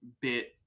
bit